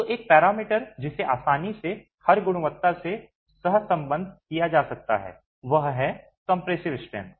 तो एक पैरामीटर जिसे आसानी से हर गुणवत्ता से सहसंबद्ध किया जा सकता है वह है कंप्रेसिव स्ट्रेंथ